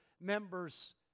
members